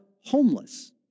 homeless